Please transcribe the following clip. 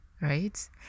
Right